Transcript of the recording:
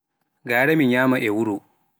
Ngara mi nyama e wuro